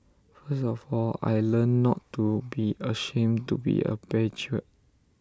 first of all I learnt not to be ashamed to be A patriot